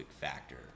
factor